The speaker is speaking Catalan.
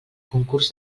concurs